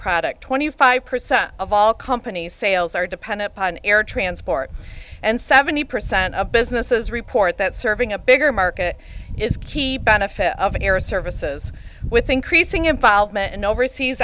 product twenty five percent of all companies sales are dependent upon air transport and seventy percent of businesses are port that serving a bigger market is key benefit of an air services with increasing involvement in overseas